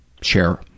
share